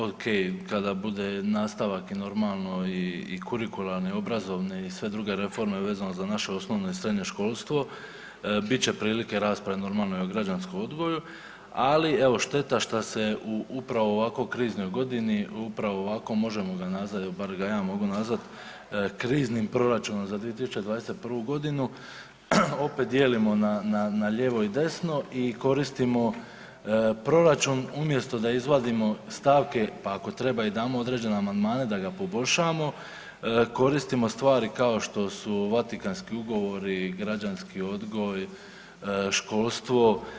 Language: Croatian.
Okej, kada bude nastavak i normalno i kurikularni i obrazovni i sve druge reforme vezano za naše osnovno i srednje školstvo bit će prilike rasprave normalno i o građanskom odgoju, ali evo šteta šta se u upravo ovako kriznoj godini upravo ovako možemo ga nazvat, evo bar ga ja mogu nazvat kriznim proračunom za 2021.g., opet dijelimo na, na, na lijevo i desno i koristimo proračun umjesto da izvadimo stavke, pa ako treba i damo određene amandmane da ga poboljšamo, koristimo stvari kao što su Vatikanski ugovori, građanski odgoj, školstvo.